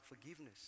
forgiveness